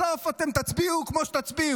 בסוף אתם תצביעו כמו שתצביעו.